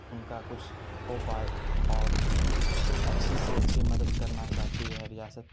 ان کا کچھ ہو پائے اور اچھی سے اچھی مدد کرنا چاہتی ہے ریاست